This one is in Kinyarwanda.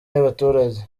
y’abaturage